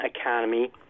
economy